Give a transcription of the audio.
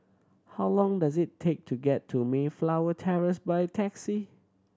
how long does it take to get to Mayflower Terrace by taxi